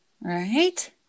Right